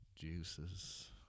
juices